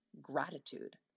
gratitude